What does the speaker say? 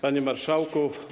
Panie Marszałku!